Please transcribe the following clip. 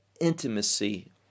intimacy